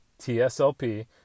TSLP